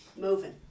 moving